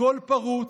הכול פרוץ,